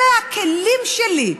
אלה הכלים שלי,